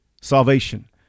salvation